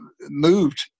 moved